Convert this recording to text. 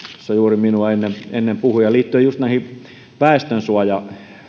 tässä juuri minua ennen ennen puhui liittyen just näihin väestönsuoja